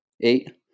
Eight